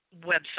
website